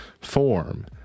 form